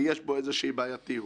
ויש בו איזושהי בעייתיות.